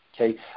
okay